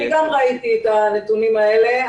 אני גם ראיתי את הנתונים האלה,